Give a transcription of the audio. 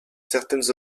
certaines